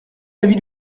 l’avis